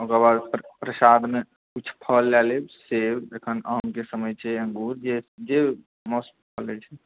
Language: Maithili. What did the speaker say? ओकरबाद प्रसादमे किछु फल लए लेब सेब एखन आमके समय छै अंगूर जे जे मस्त फल होइत छै